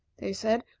they said,